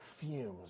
fumes